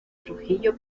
trujillo